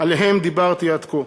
שעליהם דיברתי עד כה.